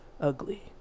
ugly